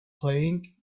playing